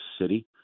city